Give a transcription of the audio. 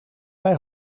bij